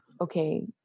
okay